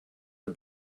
are